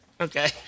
Okay